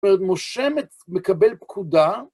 זאת אומרת, משה מקבל פקודה